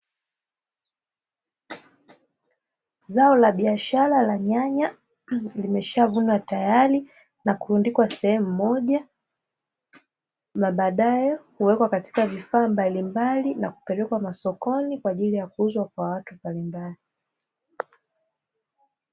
Zao la biashara la nyanya limeshavunwa tayari na kurundikwa sehemu moja, na badae huwekwa katika vifaa mbalimbali, na kupelekwa masokoni kwa ajili ya kuuzwa kwa watu mbalimbali.